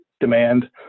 demand